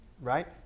Right